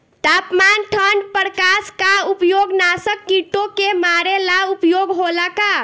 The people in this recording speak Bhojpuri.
तापमान ठण्ड प्रकास का उपयोग नाशक कीटो के मारे ला उपयोग होला का?